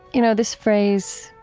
you know, this phrase,